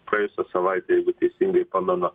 praėjusią savaitę jeigu teisingai pamenu